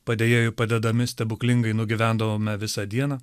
padėjėjų padedami stebuklingai nugyvendavome visą dieną